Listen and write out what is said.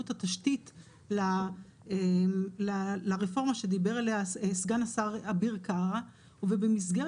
את התשתית לרפורמה שדיבר עליה סגן השר אביר קארה ובמסגרת